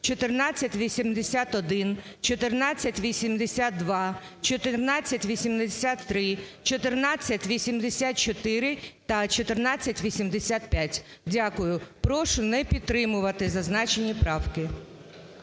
1481, 1482, 1483, 1484 та 1485. Дякую. Прошу не підтримувати зазначені правки.